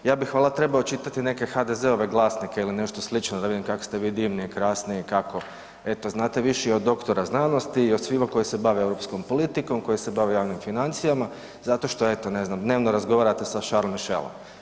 Ja bih valjda trebao čitati neke HDZ-ove glasnike ili nešto slično da vidim kak ste vi divni i krasni i kako eto znate više i od dr. znanosti i od svih koji se bave europskom politikom, koji se bave javnim financijama, zato što eto, ne znam, dnevno razgovarate sa Charles Michaelom.